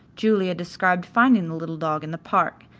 julia described finding the little dog in the park,